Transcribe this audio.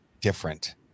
different